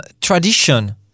tradition